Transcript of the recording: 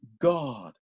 God